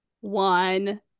one